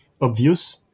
obvious